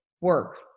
work